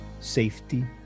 safety